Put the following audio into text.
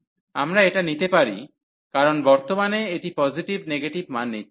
আমরা এটা নিতে পারি সময় উল্লেখ 1847 কারণ বর্তমানে এটি পজিটিভ নেগেটিভ positive negative মান নিচ্ছে